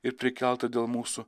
ir prikeltą dėl mūsų